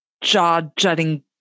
jaw-jutting